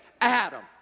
Adam